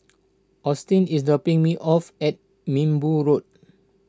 Austin is dropping me off at Minbu Road